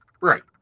Right